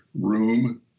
room